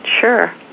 Sure